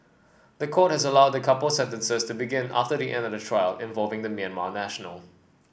the court has allowed the couple's sentences to begin after the end of the trial involving the Myanmar national